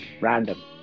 random